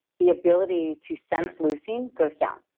the ability to sense leucine goes down.